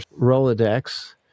Rolodex